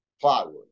plywood